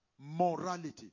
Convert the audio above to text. Morality